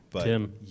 Tim